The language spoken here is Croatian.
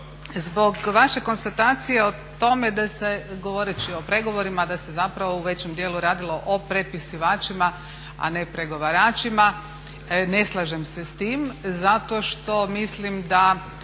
zbog vaše konstatacije o tome da se govoreći o pregovorima da se zapravo u većem dijelu radilo o prepisivačima, a ne pregovaračima. Ne slažem se s tim zato što mislim da